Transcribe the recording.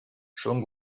schon